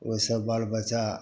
ओहिसभ बालबच्चा